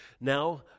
now